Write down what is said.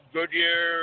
Goodyear